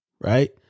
right